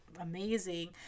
amazing